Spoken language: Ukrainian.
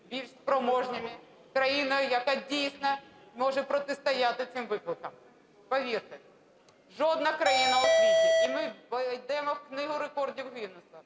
більш спроможними, країною, яка дійсно може протистояти цим викликам. Повірте, жодна країна в світі, і ми увійдемо у Книгу рекордів Гіннеса,